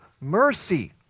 mercy